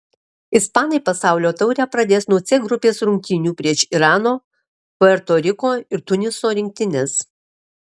ispanai pasaulio taurę pradės nuo c grupės rungtynių prieš irano puerto riko ir tuniso rinktines